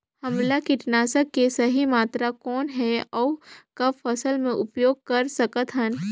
हमला कीटनाशक के सही मात्रा कौन हे अउ कब फसल मे उपयोग कर सकत हन?